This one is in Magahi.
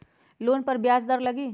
लोन पर ब्याज दर लगी?